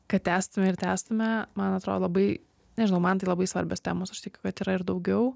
kad tęstume ir tęstume man atrodo labai nežinau man tai labai svarbios temos aš tikiu kad yra ir daugiau